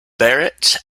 barrett